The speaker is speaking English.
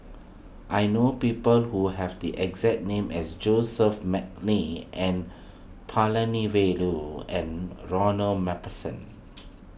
I know people who have the exact name as Joseph McNally N Palanivelu and Ronald MacPherson